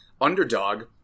underdog